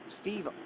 Steve